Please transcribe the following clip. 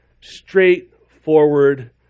straightforward